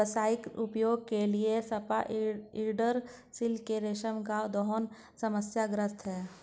व्यावसायिक उपयोग के लिए स्पाइडर सिल्क के रेशम का दोहन समस्याग्रस्त है